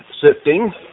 sifting